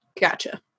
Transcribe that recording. Gotcha